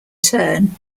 turn